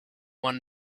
one